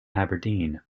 aberdeen